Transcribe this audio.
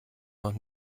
noch